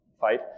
fight